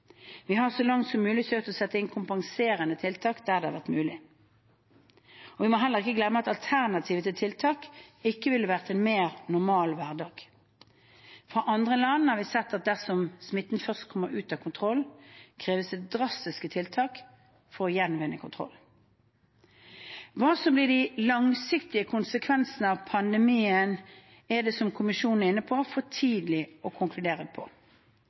Vi har så langt som mulig søkt å sette inn kompenserende tiltak der det har vært mulig. Vi må heller ikke glemme at alternativet til tiltak ikke ville vært en mer normal hverdag. Fra andre land har vi sett at dersom smitten først kommer ut av kontroll, kreves det drastiske tiltak for å gjenvinne kontrollen. Hva som blir de langsiktige konsekvensene av pandemien, er det, som kommisjonen er inne på, for tidlig å konkludere på.